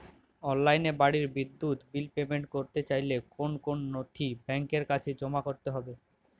অনলাইনে বাড়ির বিদ্যুৎ বিল পেমেন্ট করতে চাইলে কোন কোন নথি ব্যাংকের কাছে জমা করতে হবে?